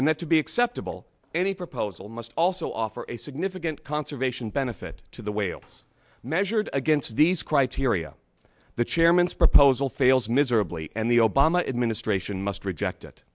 and that to be acceptable any proposal must also offer a significant conservation benefit to the whales measured against these criteria the chairman's proposal fails miserably and the obama administration must reject